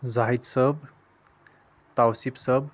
زاہِد صٲب توصیٖف صٲب